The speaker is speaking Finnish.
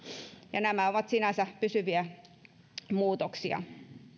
ja nämä ovat sinänsä pysyviä muutoksia